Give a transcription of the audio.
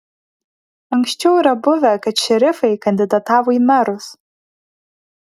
anksčiau yra buvę kad šerifai kandidatavo į merus